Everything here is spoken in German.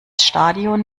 stadion